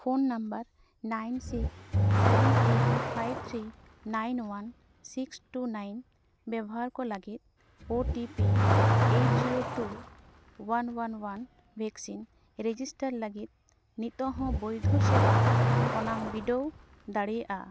phone number nine six seven eight five three nine one six two nine ᱵᱮᱵᱚᱦᱟᱨᱠᱚ ᱞᱟᱹᱜᱤᱫ O T P eight zero two one one one vaccine register ᱞᱟᱹᱜᱤᱫ ᱱᱤᱛᱚᱜᱦᱚᱸ ᱵᱳᱭᱫᱷᱚ ᱥᱮ ᱵᱟᱝ ᱚᱱᱟᱢ ᱵᱤᱰᱟᱹᱣ ᱫᱟᱲᱮᱭᱟᱜᱼᱟ